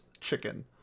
Chicken